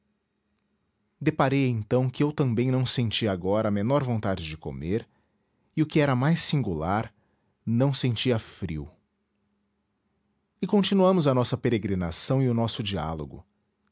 deparei então que eu também não sentia agora a menor vontade de comer e o que era mais singular não sentia frio e continuamos a nossa peregrinação e o nosso diálogo